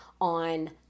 on